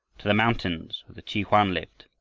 to the mountains where the chhi-hoan lived!